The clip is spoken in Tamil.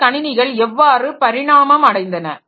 இந்த கணினிகள் எவ்வாறு பரிணாமம் அடைந்தன